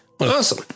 awesome